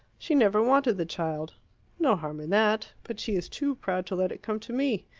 she never wanted the child no harm in that but she is too proud to let it come to me.